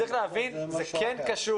צריך להבין, זה כן קשור.